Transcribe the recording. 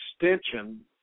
extension